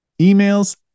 emails